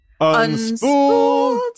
Unspooled